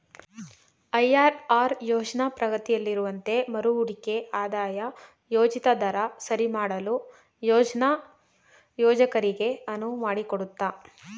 IRR ಯೋಜ್ನ ಪ್ರಗತಿಯಲ್ಲಿರುವಂತೆ ಮರುಹೂಡಿಕೆ ಆದಾಯ ಯೋಜಿತ ದರ ಸರಿಮಾಡಲು ಯೋಜ್ನ ಯೋಜಕರಿಗೆ ಅನುವು ಮಾಡಿಕೊಡುತ್ತೆ